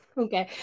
okay